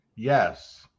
Yes